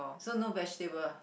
so no vegetable